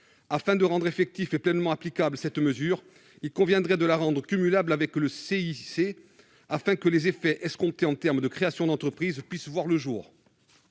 Afin de rendre effective et pleinement applicable cette mesure, il conviendrait de la rendre cumulable avec le CIIC, afin que les effets escomptés en termes de création d'entreprise puissent voir le jour.